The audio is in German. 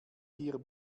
hier